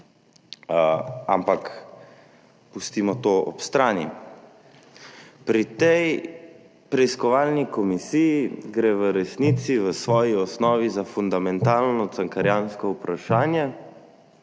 ampak pustimo to ob strani. Pri tej preiskovalni komisiji gre v resnici v svoji osnovi za fundamentalno cankarjansko vprašanje